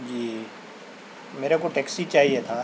جی میرے کو ٹیکسی چاہئے تھا